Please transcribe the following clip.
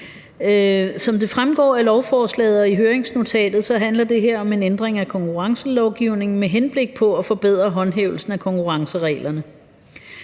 Som det fremgår af lovforslaget og høringsnotatet, handler det her om en ændring af konkurrencelovgivningen med henblik på at forbedre håndhævelsen af konkurrencereglerne.